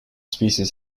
species